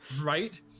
Right